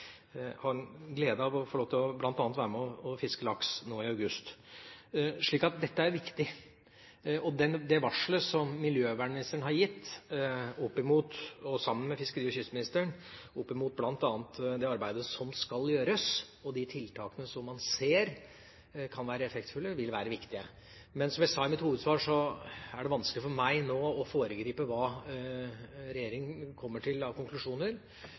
av å få lov til bl.a. å være med på å fiske laks nå i august. Dette er viktig. Det varslet som miljøvernministeren har gitt sammen med fiskeri- og kystministeren angående bl.a. det arbeidet som skal gjøres, og de tiltakene som man ser kan være effektfulle, vil være viktig. Men som jeg sa i mitt hovedsvar, er det vanskelig for meg nå å foregripe hva regjeringa kommer til av konklusjoner,